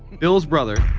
bill's brother,